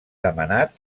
demanat